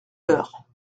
heure